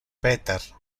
peter